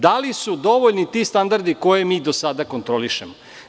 Da li su dovoljni ti standardi koje do sada kontrolišemo?